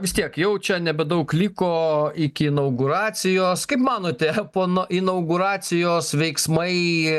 vis tiek jau čia nebedaug liko iki nauguracijos kaip manote pono inauguracijos veiksmai